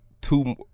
two